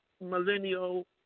millennial